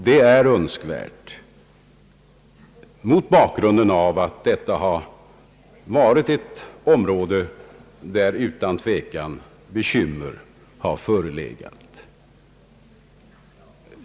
Detta är önskvärt mot bakgrunden av att det här gäller ett område, där utan tvekan bekymmer förelegat.